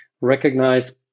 recognize